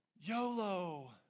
YOLO